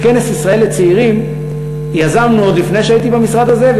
את כנס ישראל לצעירים יזמנו עוד לפני שהייתי במשרד הזה,